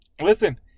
Listen